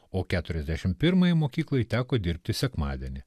o keturiasdešim pirmai mokyklai teko dirbti sekmadienį